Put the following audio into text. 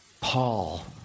Paul